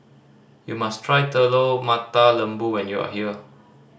you must try Telur Mata Lembu when you are here